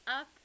up